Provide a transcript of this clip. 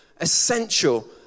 essential